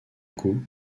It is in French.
coup